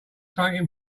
something